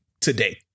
today